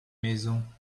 maison